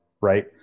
Right